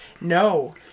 No